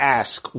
ask